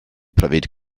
pryfed